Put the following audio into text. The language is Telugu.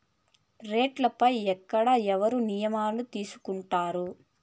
రేట్లు పై ఎక్కడ ఎవరు నిర్ణయాలు తీసుకొంటారు?